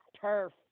turf